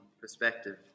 perspective